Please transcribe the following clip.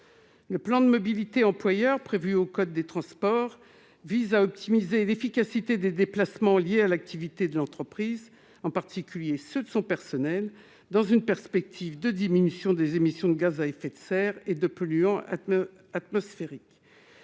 Le plan de mobilité employeur prévu dans le code des transports vise à optimiser l'efficacité des déplacements liés à l'activité de l'entreprise, en particulier ceux de son personnel, dans une perspective de diminution des émissions de gaz à effet de serre et de polluants atmosphériques.